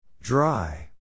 Dry